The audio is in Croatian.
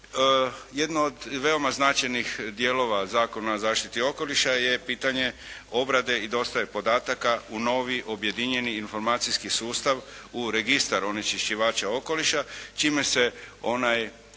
Jedno od veoma značajnih dijelova Zakona o zaštiti okoliša je pitanje obrade i dostave podataka u novi objedinjeni informacijski sustav, u registar onečišćivača okoliša čime se onaj